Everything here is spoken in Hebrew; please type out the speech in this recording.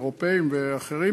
אירופיים ואחרים